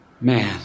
Man